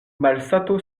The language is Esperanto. malsato